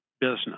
business